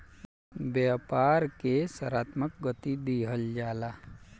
व्यापार के सकारात्मक गति दिहल जाला